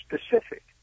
specific